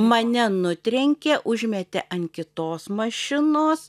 mane nutrenkė užmetė ant kitos mašinos